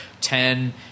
ten